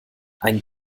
ein